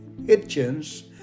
Hitchens